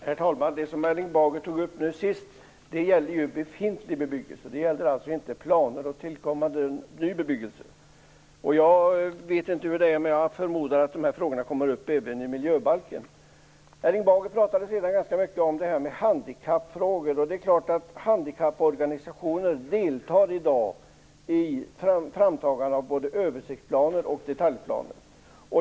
Herr talman! Det som Erling Bager nu tog upp gäller befintlig bebyggelse, alltså inte planer och tillkommande ny bebyggelse. Jag förmodar att de här frågorna kommer upp även i miljöbalken. Erling Bager talade ganska mycket om handikappfrågor. Handikapporganisationer deltar i dag i framtagandet av både översiktsplaner och detaljplaner.